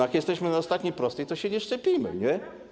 Jak jesteśmy na ostatniej prostej, to się nie szczepimy, nie?